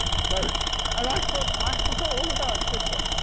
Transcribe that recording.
so i like thought, i forgot all about twitter.